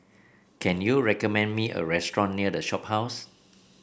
can you recommend me a restaurant near The Shophouse